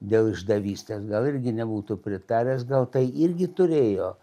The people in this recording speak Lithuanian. dėl išdavystės gal irgi nebūtų pritaręs gal tai irgi turėjo